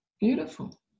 beautiful